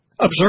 Observe